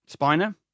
Spiner